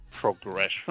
progression